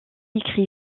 écrit